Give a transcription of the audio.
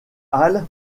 halle